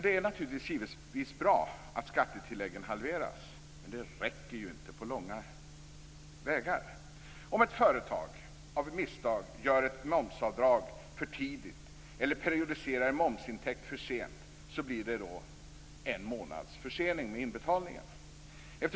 Det är givetvis bra att skattetilläggen halveras, men det räcker ju inte på långa vägar. Om ett företag av misstag gör ett momsavdrag för tidigt eller periodiserar en momsintäkt för sent, blir det en månads försening med inbetalningarna.